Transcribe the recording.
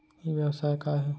ई व्यवसाय का हे?